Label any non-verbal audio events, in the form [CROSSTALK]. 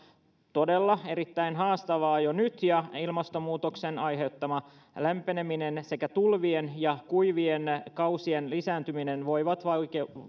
todella erittäin haastavaa jo nyt ja ilmastonmuutoksen aiheuttama lämpeneminen sekä tulvien ja kuivien kausien lisääntyminen voivat vaikeuttaa [UNINTELLIGIBLE]